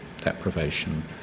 deprivation